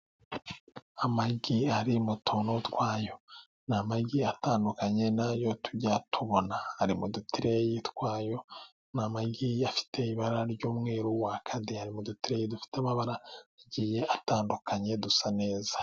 Amagi ari mu tuntu twayo, ni amagi atandukanye n'ayo tujya tubona. Ari mu dutureyi twayo, ni amagi afite ibara ry'umweru waka de! Ari mu dutureyi dufite amabara, tugiye atandukanye dusa neza.